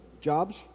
jobs